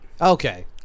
Okay